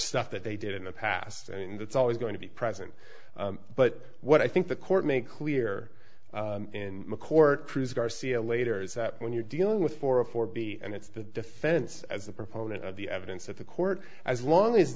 stuff that they did in the past and that's always going to be present but what i think the court made clear in the court chris garcia later is that when you're dealing with for a for b and it's the defense as a proponent of the evidence at the court as long as